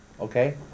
okay